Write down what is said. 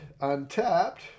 Untapped